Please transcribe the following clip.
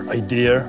idea